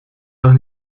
doch